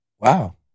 Wow